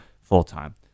full-time